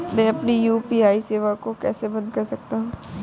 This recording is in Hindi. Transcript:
मैं अपनी यू.पी.आई सेवा को कैसे बंद कर सकता हूँ?